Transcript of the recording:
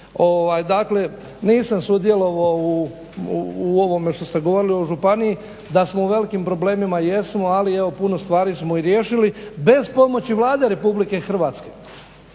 Dakle, nisam sudjelovao u ovome što ste govorili u županiji. Da smo u velikim problemima jesmo, ali evo puno stvari smo i riješili bez pomoći Vlade Republike Hrvatske.